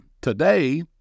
today